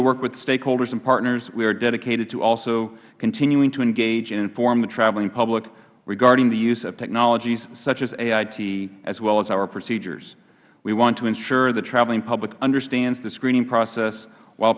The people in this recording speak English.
to work with stakeholders and partners we are dedicated to also continuing to engage and inform the traveling public regarding the use of technologies such as ait as well as our procedures we want to ensure the traveling public understands the screening process while